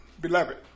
Beloved